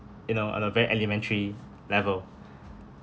you know on a very elementary level